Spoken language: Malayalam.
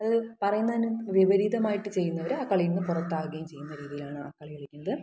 അത് പറയുന്നതിന് വിപരീതമായിട്ട് ചെയ്യുന്നവർ ആ കളിയിൽ നിന്ന് പുറത്താവുകയും ചെയ്യുന്ന രീതിയിലാണ് ആ കളി കളിക്കുന്നത്